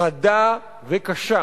חדה וקשה,